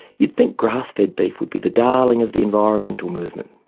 you'd think grass-fed beef would be the darling of the environmental movement.